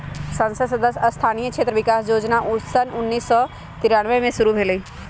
संसद सदस्य स्थानीय क्षेत्र विकास जोजना सन उन्नीस सौ तिरानमें में शुरु भेलई